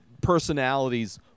personalities